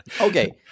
Okay